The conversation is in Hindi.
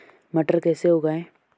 मटर कैसे उगाएं?